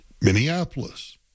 Minneapolis